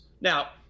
Now